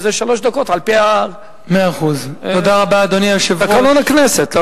וזה שלוש דקות על-פי תקנון הכנסת.